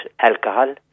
alcohol